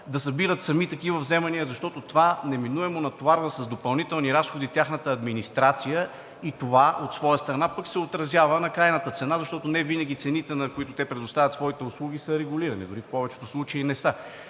да събират сами такива вземания, защото това неминуемо натоварва с допълнителни разходи тяхната администрация и това от своя страна се отразява на крайната цена, защото невинаги цените, на които те предоставят своите услуги, са регулирани, дори в повечето случаи не са.